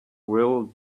will